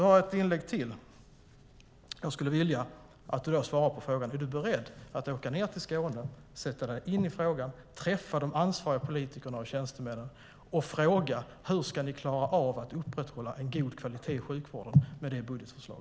Jag skulle vilja att Göran Hägglund i sitt nästa inlägg svarar på frågan om han är beredd att åka ned till Skåne, sätta sig in i frågan och träffa de ansvariga politikerna och tjänstemännen och fråga hur de ska klara av att upprätthålla en god kvalitet i sjukvården med nu liggande budgetförslag.